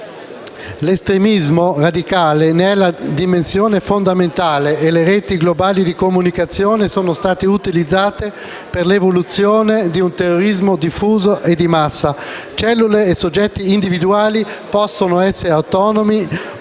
L'estremismo radicale ne è la dimensione fondamentale e le reti globali di comunicazione sono state utilizzate per l'evoluzione di un terrorismo diffuso e di massa. Cellule e soggetti individuali possono essere autonomi e